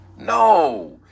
No